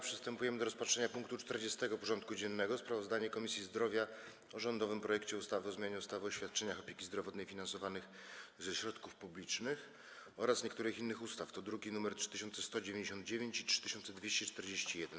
Przystępujemy do rozpatrzenia punktu 40. porządku dziennego: Sprawozdanie Komisji Zdrowia o rządowym projekcie ustawy o zmianie ustawy o świadczeniach opieki zdrowotnej finansowanych ze środków publicznych oraz niektórych innych ustaw (druki nr 3199 i 3241)